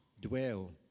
dwell